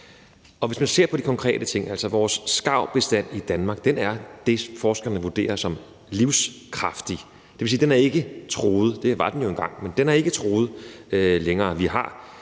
Hvis man ser konkret på vores skarvbestand i Danmark, vurderer forskerne den som livskraftig. Det vil sige, at den ikke er truet. Det var den jo engang, men den er ikke truet længere. Vi har